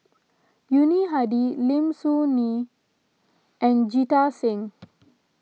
Yuni Hadi Lim Soo Ngee and Jita Singh